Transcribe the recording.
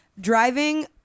driving